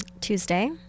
Tuesday